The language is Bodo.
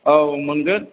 औ मोनगोन